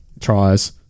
tries